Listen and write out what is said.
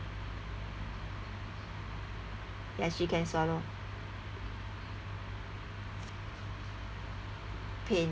ya she can swallow pain